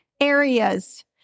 areas